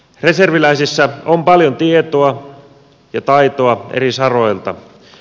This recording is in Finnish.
reserviläisissä on paljon tietoa ja taitoa eri saroilta